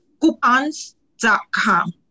coupons.com